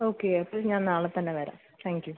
okay അപ്പം ഞാൻ നാളെ തന്നെ വരാം താങ്ക് യൂ